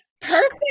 Perfect